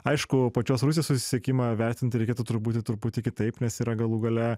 aišku pačios rusijos susisiekimą vertinti reikėtų truputį truputį kitaip nes yra galų gale